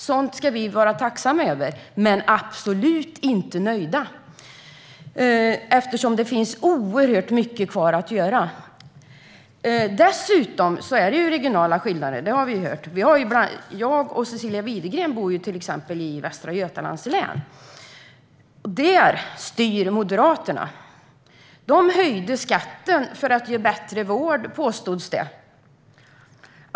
Sådant ska vi vara tacksamma över men absolut inte nöjda, eftersom det finns oerhört mycket kvar att göra. Dessutom är det regionala skillnader, som vi har hört. Jag och Cecilia Widegren bor i Västra Götalands län. Där styr Moderaterna. De höjde skatten för att ge bättre vård, påstods det.